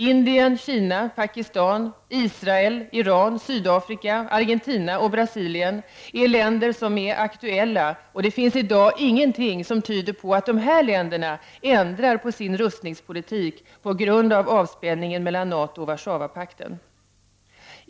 Indien, Kina, Pakistan, Iran, Israel, Sydafrika, Argentina och Brasilien är länder som är aktuella, och det finns i dag ingenting som tyder på att dessa länder ändrar på sin rustningspolitik på grund av avspänningen mellan NATO och Warszawapakten.